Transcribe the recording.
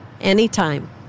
anytime